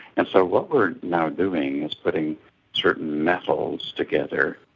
and so what we're now doing is putting certain metals together,